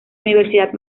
universidad